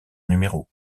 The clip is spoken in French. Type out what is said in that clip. numéros